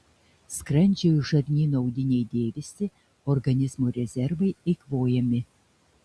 skrandžio ir žarnyno audiniai dėvisi organizmo rezervai eikvojami